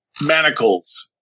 Manacles